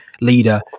leader